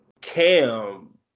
Cam